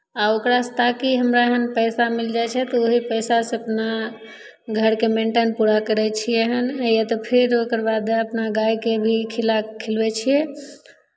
आ ओकरासँ ताकि हमरा यहाँ पैसा मिल जाइ छै तऽ ओहि पैसासँ अपना घरके मेन्टेन पूरा करै छियै हन या तऽ फेर ओकर बाद अपना गायकेँ भी खिला खिलबै छियै